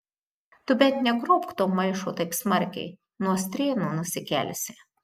tu bent negrobk to maišo taip smarkiai nuo strėnų nusikelsi